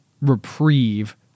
reprieve